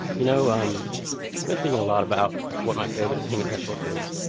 you know um i've been thinking a lot about what my favorite thing in that book is,